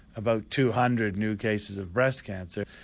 about two hundred new cases of breast cancer.